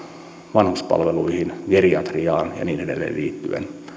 vanhuspalveluihin geriatriaan ja niin edelleen liittyen